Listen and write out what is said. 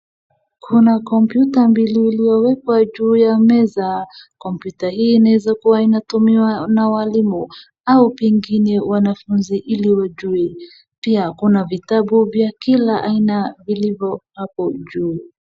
Kuna kompyuta mbili iliyowekwa juu ya meza. Kompyuta hii inaeza kuwa inatumiwa na walimu au pengine wanafunzi ili wajue. Pia kuna vitabu vya kila aina vilivyo hapo juu.